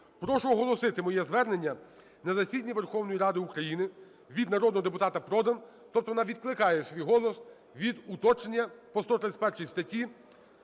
Прошу оголосити моє звернення на засіданні Верховної Ради України", від народного депутата Продан. Тобто вона відкликає свій голос від уточнення по 131 статті